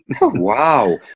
Wow